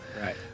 right